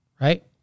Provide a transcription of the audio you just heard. right